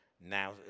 now